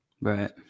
Right